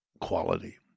quality